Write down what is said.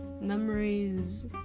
memories